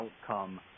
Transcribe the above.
outcome